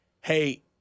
hey